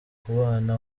kubana